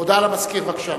הודעה למזכיר, בבקשה.